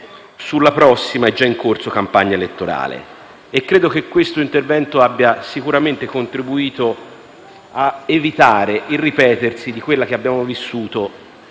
sulla prossima - ma già in corso - campagna elettorale. Credo che questo intervento abbia sicuramente contribuito ad evitare il ripetersi della campagna